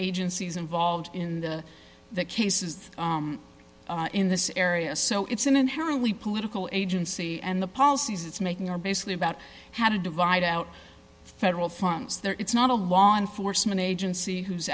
agencies involved in the cases in this area so it's an inherently political agency and the policies it's making are basically about how to divide out federal funds there it's not a law enforcement agency whose